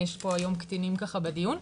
יש פה היום קטינים ככה בדיון,